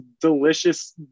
delicious